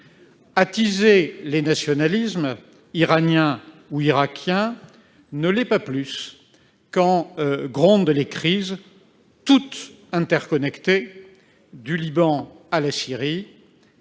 Attiser les nationalismes iraniens ou irakiens ne l'est pas plus, quand grondent les crises, toutes interconnectées, du Liban à la Syrie,